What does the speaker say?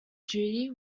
duty